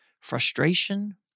frustration